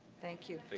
thank you.